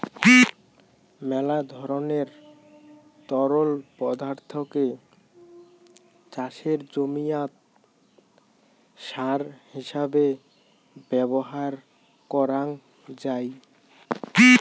মেলা ধরণের তরল পদার্থকে চাষের জমিয়াত সার হিছাবে ব্যবহার করাং যাই